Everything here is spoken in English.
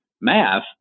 Math